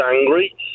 angry